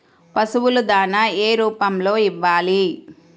పశువుల దాణా ఏ రూపంలో ఇవ్వాలి?